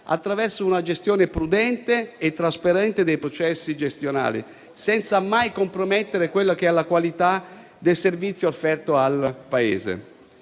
attraverso una gestione prudente e trasparente dei processi gestionali, senza mai compromettere la qualità del servizio offerto al Paese.